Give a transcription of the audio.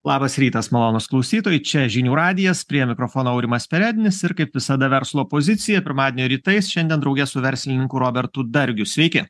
labas rytas malonūs klausytojai čia žinių radijas prie mikrofono aurimas perednis ir kaip visada verslo pozicija pirmadienio rytais šiandien drauge su verslininku robertu dargiu sveiki